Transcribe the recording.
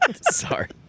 Sorry